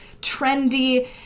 trendy